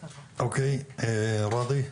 ראדי,